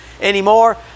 anymore